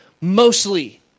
mostly